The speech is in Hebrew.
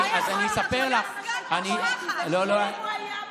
אם הוא היה מתמנה,